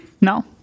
No